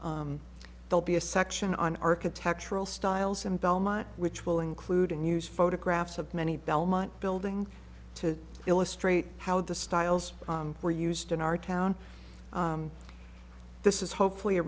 they'll be a section on architectural styles and belmont which will include and use photographs of many belmont building to illustrate how the styles were used in our town this is hopefully a